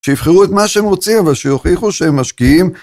שיבחרו את מה שהם רוצים ושיוכיחו שהם משקיעים